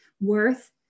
worth